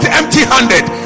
empty-handed